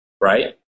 Right